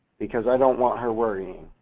because i don't want her worrying.